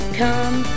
come